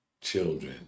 children